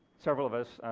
several of us,